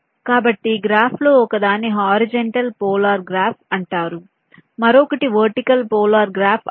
కాబట్టి గ్రాఫ్లో ఒకదాన్ని హరిజోన్టల్ పోలార్ గ్రాఫ్ అంటారు మరొకటి వర్టికల్ పోలార్ గ్రాఫ్ అంటారు